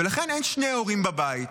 ולכן אין שני הורים בבית.